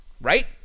right